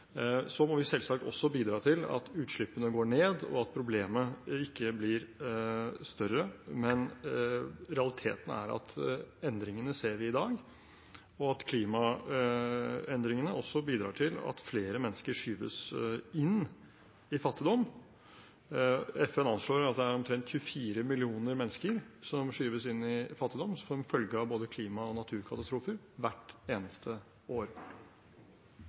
Så må vi selvsagt også bidra til at utslippene går ned, og at problemet ikke blir større. Men realiteten er at endringene ser vi i dag, og at klimaendringene også bidrar til at flere mennesker skyves inn i fattigdom. FN anslår at det er omtrent 24 millioner mennesker som skyves inn i fattigdom hvert eneste år, som følge av både klima og naturkatastrofer.